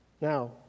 Now